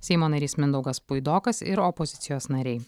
seimo narys mindaugas puidokas ir opozicijos nariai